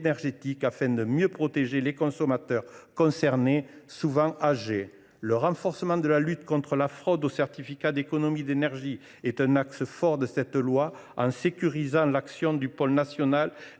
énergétique, afin de mieux protéger les consommateurs concernés, souvent âgés. Le renforcement de la lutte contre la fraude aux certificats d’économies d’énergie est un axe fort de cette proposition de loi. Le texte sécurise l’action du Pôle national